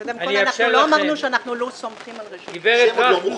לא, לא אמרנו שאנחנו לא סומכים על רשות שוק ההון.